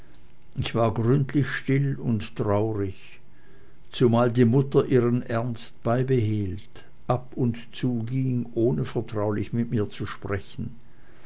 ich war gründlich still und traurig zumal die mutter ihren ernst beibehielt ab und zuging ohne vertraulich mit mir zu sprechen